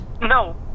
No